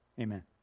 Amen